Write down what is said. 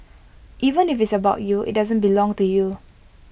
even if IT is about you IT doesn't belong to you